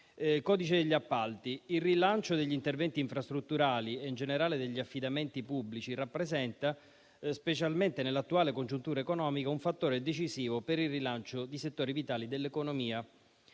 codice degli appalti, il rilancio degli interventi infrastrutturali e, in generale, degli affidamenti pubblici rappresenta, specialmente nell'attuale congiuntura economica, un fattore decisivo per il rilancio di settori vitali dell'economia